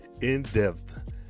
in-depth